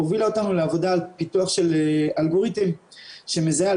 הובילה אותנו לעבודה על פיתוח של אלגוריתם שמזהה על